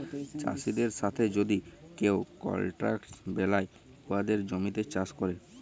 চাষীদের সাথে যদি কেউ কলট্রাক্ট বেলায় উয়াদের জমিতে চাষ ক্যরে